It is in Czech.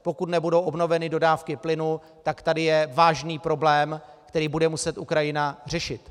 Pokud nebudou obnoveny dodávky plynu, tak tady je vážný problém, který bude muset Ukrajina řešit.